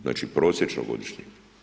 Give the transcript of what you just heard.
Znači prosječno godišnje.